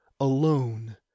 alone